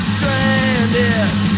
Stranded